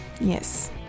Yes